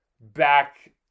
back